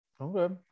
Okay